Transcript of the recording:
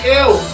ill